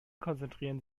konzentrieren